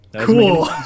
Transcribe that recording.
Cool